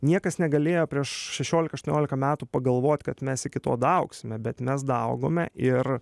niekas negalėjo prieš šešiolika aštuoniolika metų pagalvot kad mes iki to daaugsime bet mes daaugome ir